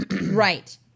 Right